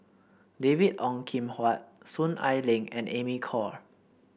David Ong Kim Huat Soon Ai Ling and Amy Khor